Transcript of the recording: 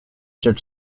judge